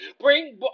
Bring